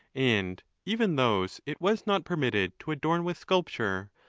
and even those it was not permitted to adorn with sculpture,